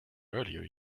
earlier